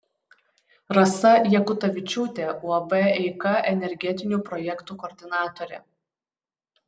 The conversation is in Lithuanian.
rasa jakutavičiūtė uab eika energetinių projektų koordinatorė